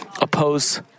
oppose